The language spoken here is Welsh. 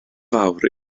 fawr